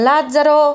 Lazzaro